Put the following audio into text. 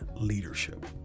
leadership